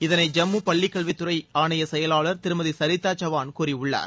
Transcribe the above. இதனை ஜம்மு பள்ளிக்கல்வித்துறை ஆணைய செயலாளர் திருமதி சரிதா சவ்கான் கூறியுள்ளார்